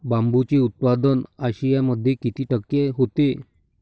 बांबूचे उत्पादन आशियामध्ये किती टक्के होते?